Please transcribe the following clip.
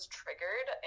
triggered